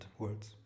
words